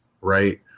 Right